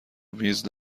میز